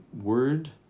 word